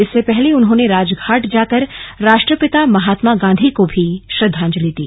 इससे पहले उन्होंने राजघाट जाकर राष्ट्रपिता महात्मा गांधी को श्रद्वांजलि दी